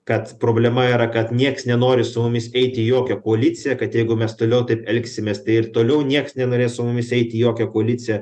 kad problema yra kad nieks nenori su mumis eiti į jokią koaliciją kad jeigu mes toliau taip elgsimės tai ir toliau nieks nenorės su mumis eiti į jokią koaliciją